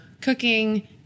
cooking